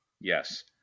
Yes